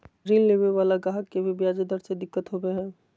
ऋण लेवे वाला गाहक के भी ब्याज दर से दिक्कत होवो हय